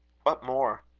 what more?